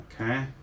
Okay